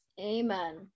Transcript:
Amen